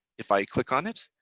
if i click on it,